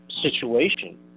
situation